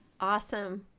Awesome